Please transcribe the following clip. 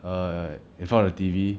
err in front of the T_V